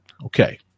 Okay